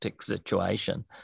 situation